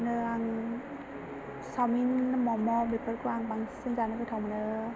बिदिनो आं सावमिन मम' बेफोरखौ आं बांसिन जानो गोथाव मोनो